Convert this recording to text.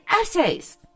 essays